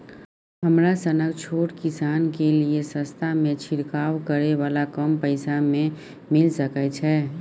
हमरा सनक छोट किसान के लिए सस्ता में छिरकाव करै वाला कम पैसा में मिल सकै छै?